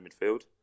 midfield